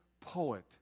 poet